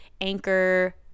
Anchor